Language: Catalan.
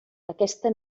aquesta